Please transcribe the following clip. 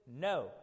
No